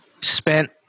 spent